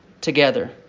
together